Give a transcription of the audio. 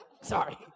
Sorry